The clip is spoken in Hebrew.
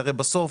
הרי בסוף